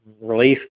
relief